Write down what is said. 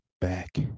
back